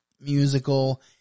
musical